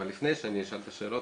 אבל לפני שאני אשאל את השאלות,